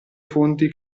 fonti